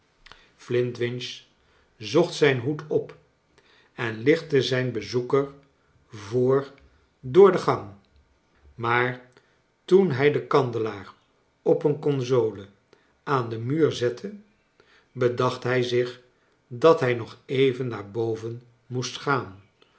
flintwinch zocht zijn hoed op en lichtte zijn bezoeker voor door de gang maar toen hij den kandelaar op een console aan den muur zette bedacht hij zich dat hij nog even naar boven moest gaan